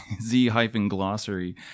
Z-Glossary